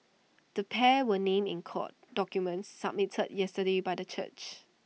the pair were named in court documents submitted yesterday by the church